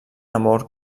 amor